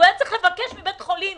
הוא היה צריך לבקש מבית חולים